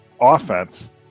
offense